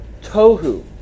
tohu